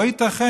לא ייתכן.